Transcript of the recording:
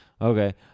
okay